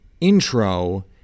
intro